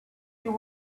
you